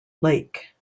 lake